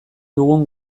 dugun